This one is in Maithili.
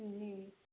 हूँ